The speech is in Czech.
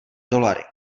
dolary